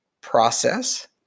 process